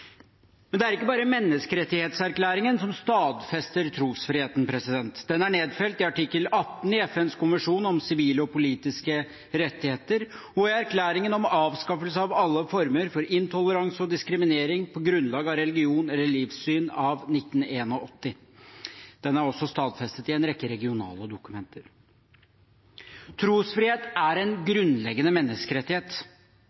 Det er ikke bare menneskerettighetserklæringen som stadfester trosfriheten. Den er nedfelt i artikkel 18 i FNs konvensjon om sivile og politiske rettigheter, og i erklæringen om avskaffelse av alle former for intoleranse og diskriminering på grunnlag av religion eller livssyn av 1981. Den er også stadfestet i en rekke regionale dokumenter. Trosfrihet er en